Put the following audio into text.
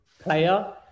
player